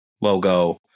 logo